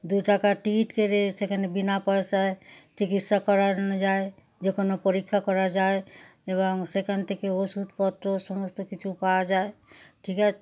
দু টাকার টিকিট কেটে সেখানে বিনা পয়সায় চিকিৎসা করানো যায় যে কোনো পরীক্ষা করা যায় এবং সেখান থেকে ওষুধপত্র সমস্ত কিছু পাওয়া যায় ঠিক আছে